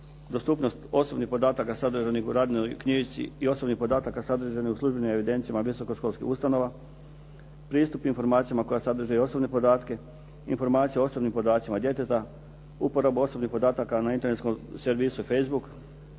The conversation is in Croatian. Zastupanost osobnih podataka sadržanoj u radnoj knjižici i osobnih podataka sadržanih u službenoj evidenciji visoko školskih ustanova, pristup informacijama koja sadrže osobne podatke, informacija o osobnim podacima djeteta, uporaba osobnih podataka na internetskom servisu Facebook